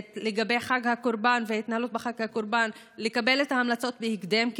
לגבי חג הקורבן וההתנהלות בחג הקורבן יתקבלו בהקדם,